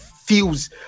feels